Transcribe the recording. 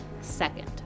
second